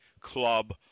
Club